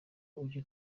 ujya